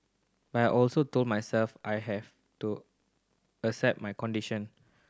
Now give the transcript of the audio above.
but I also told myself I had to accept my condition